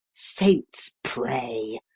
saints pray,